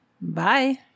Bye